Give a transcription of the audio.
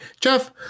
jeff